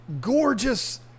gorgeous